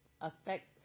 affect